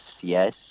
yes